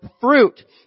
fruit